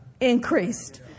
increased